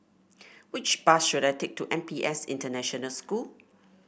which bus should I take to N P S International School